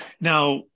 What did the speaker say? Now